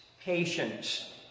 patience